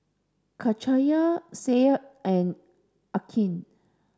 Cahaya Syed and Aqil